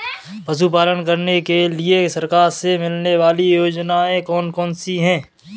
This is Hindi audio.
पशु पालन करने के लिए सरकार से मिलने वाली योजनाएँ कौन कौन सी हैं?